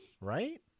Right